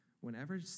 Whenever